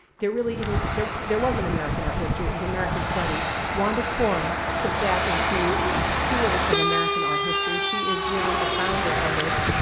there really even, there there wasn't american art history. it was american studies. wanda corn took that into the field of american art history. she is really the founder of this,